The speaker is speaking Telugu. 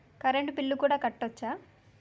కరెంటు బిల్లు కూడా కట్టొచ్చా?